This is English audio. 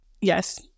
yes